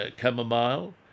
chamomile